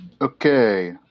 Okay